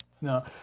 No